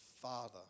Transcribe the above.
Father